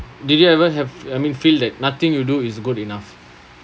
did you ever have I mean feel that nothing you do is good enough